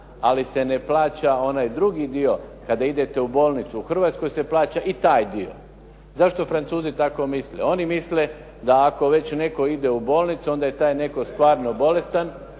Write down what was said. Ali se ne plaća onaj drugi dio kada idete u bolnici. U Hrvatskoj se plaća i taj dio. Zašto Francuzi tako misle? On i misle da ako netko već ide u bolnicu, onda je taj netko stvarno bolestan,